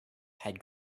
had